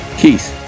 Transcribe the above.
keith